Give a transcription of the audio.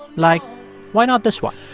like why not this one?